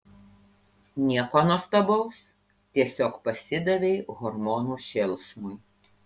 nieko nuostabaus tiesiog pasidavei hormonų šėlsmui